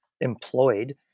employed